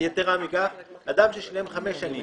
יתרה מכך, אדם ששילם חמש שנים